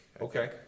Okay